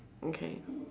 okay